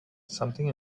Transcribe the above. something